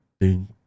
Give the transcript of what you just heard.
ding